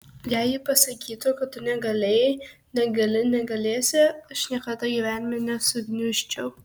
jei ji pasakytų kad tu negalėjai negali negalėsi aš niekada gyvenime nesugniužčiau